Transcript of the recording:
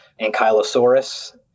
ankylosaurus